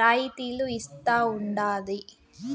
రాయితీలు ఇస్తా ఉండాది